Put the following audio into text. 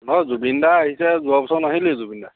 নহয় জুবিন দা আহিছে যোৱা বছৰ নাহিলেই জুবিন দা